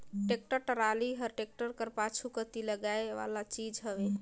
tractor trolley हर tractor कर पाछू कती लगाए वाला चीज हवे